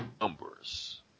numbers